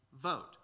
vote